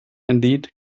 indeed